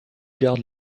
garde